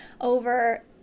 over